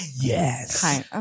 Yes